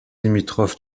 limitrophe